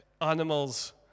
animals